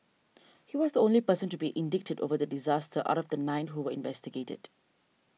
he was the only person to be indicted over the disaster out of the nine who were investigated